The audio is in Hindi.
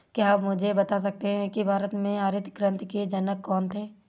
क्या आप मुझे बता सकते हैं कि भारत में हरित क्रांति के जनक कौन थे?